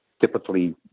typically